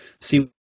see